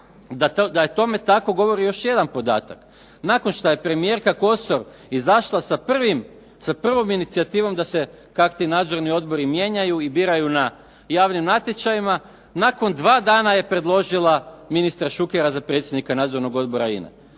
Da je tome tako govori još jedan podatak. Nakon što je premijerka Kosor izašla sa prvom inicijativom da se kao nadzorni odbori mijenjaju i biraju na javnim natječajima nakon dva dana je predložila ministra Šukera za predsjednika Nadzornog odbora INA-e.